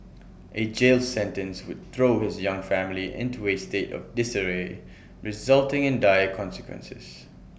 A jail sentence would throw his young family into A state of disarray resulting in dire consequences